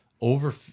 over